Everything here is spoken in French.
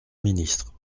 ministre